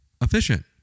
efficient